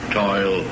toil